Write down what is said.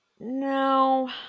no